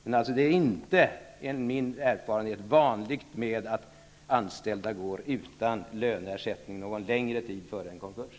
Men enligt min erfarenhet är det inte vanligt att anställda går utan löneersättning under en längre tid före en konkurs.